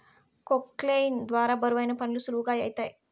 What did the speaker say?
క్రొక్లేయిన్ ద్వారా బరువైన పనులు సులువుగా ఐతాయి